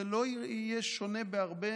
זה לא יהיה שונה בהרבה